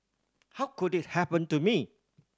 how could it happen to me